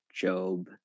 Job